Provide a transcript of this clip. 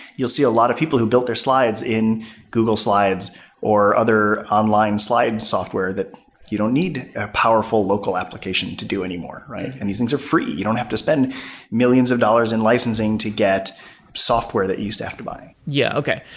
you'll see a lot of people who build their slides in google slides or other online slide software that you don't need powerful local application to do anymore, and these things are free. you don't have to spend millions of dollars in licensing to get software that you used to have to buy. yeah. okay.